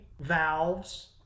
valves